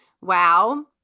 wow